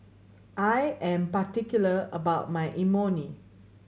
I am particular about my Imoni